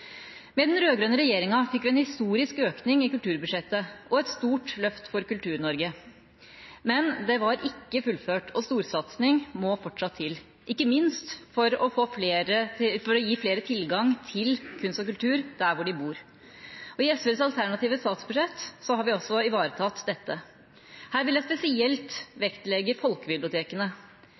Med den rød-grønne regjeringa fikk vi en historisk økning i kulturbudsjettet og et stort løft for Kultur-Norge, men det var ikke fullført, og storsatsing må fortsatt til, ikke minst for å gi flere tilgang til kunst og kultur der hvor de bor. I SVs alternative statsbudsjett har vi ivaretatt dette. Her vil jeg spesielt vektlegge folkebibliotekene.